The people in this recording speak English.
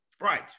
Right